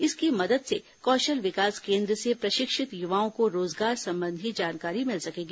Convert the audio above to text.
इसकी मदद से कौशल विकास केंद्र से प्रशिक्षित युवाओं को रोजगार संबंधी जानकारी मिल सकेगी